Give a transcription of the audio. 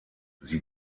sie